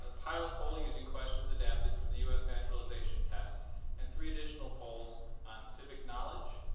ah pilot poll, using questions adapted from the u s. naturalization test and three additional polls on civic knowledge,